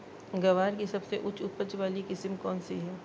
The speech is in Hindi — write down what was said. ग्वार की सबसे उच्च उपज वाली किस्म कौनसी है?